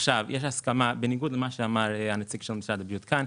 בניגוד למה שאמר נציג משרד הבריאות כאן,